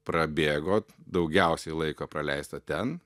prabėgo daugiausiai laiko praleista ten